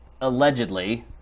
allegedly